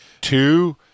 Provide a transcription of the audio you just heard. two